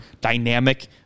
dynamic